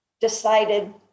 decided